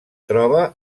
troba